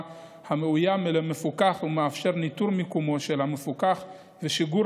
המאוים ולמפוקח ומאפשר ניטור מיקומו של המפוקח ושיגור